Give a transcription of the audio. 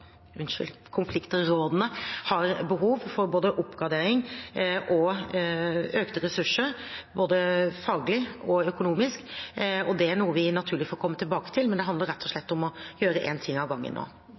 og konfliktrådene har behov for både oppgradering og økte ressurser, både faglig og økonomisk. Det er noe vi naturlig får komme tilbake til, men det handler rett og